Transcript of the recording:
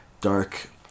dark